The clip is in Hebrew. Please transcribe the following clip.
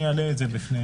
אעלה את זה בפניהם.